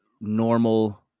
normal